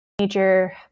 Major